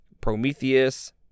Prometheus